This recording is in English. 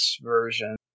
version